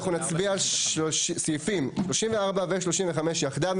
אנחנו נצביע על סעיפים 34 ו-35 יחדיו.